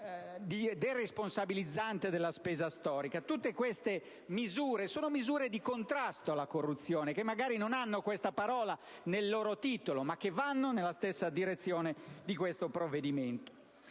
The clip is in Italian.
deresponsabilizzante della spesa storica. Tutte queste misure sono di contrasto alla corruzione. Magari, non contengono questa parola nel loro titolo ma vanno nella stessa direzione del provvedimento